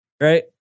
Right